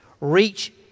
reach